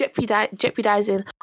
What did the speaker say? jeopardizing